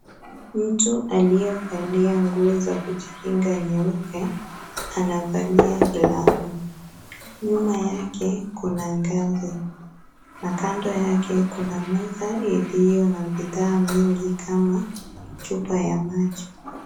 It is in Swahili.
Mtu aliyevalia nguo za kujikinga nyeupe anavalia glovu. Nyuma yake kuna ngazi na kando yake kuna meza iliyo na bidhaa mingi kama chupa ya maji.